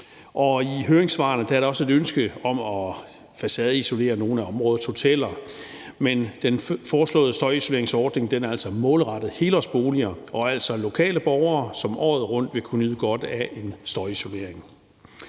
I høringssvarene er der også et ønske om at facadeisolere nogle af områdets hoteller, men den foreslåede støjisoleringsordning er altså målrettet helårsboliger og altså lokale borgere, som året rundt vil kunne nyde godt af en støjisolering.